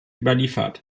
überliefert